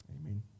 Amen